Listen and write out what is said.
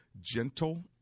gentle